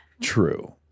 True